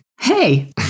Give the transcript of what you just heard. Hey